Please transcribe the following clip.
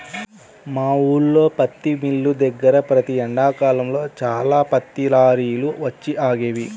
మా ఊల్లో పత్తి మిల్లు దగ్గర ప్రతి ఎండాకాలంలో చాలా పత్తి లారీలు వచ్చి ఆగేవి